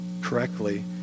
correctly